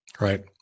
Right